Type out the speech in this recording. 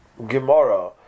Gemara